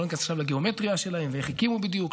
לא ניכנס עכשיו לגיאומטריה שלהם ואיך הקימו בדיוק,